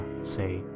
say